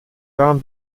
warm